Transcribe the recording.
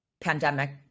pandemic